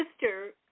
sister